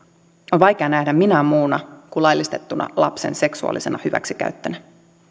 on vaikea nähdä minään muuna kuin laillistettuna lapsen seksuaalisena hyväksikäyttönä